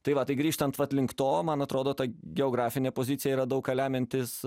tai va tai grįžtant vat link to man atrodo ta geografinė pozicija yra daug ką lemiantis